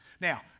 Now